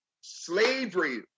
Slavery